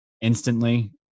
instantly